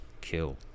kill